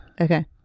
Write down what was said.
Okay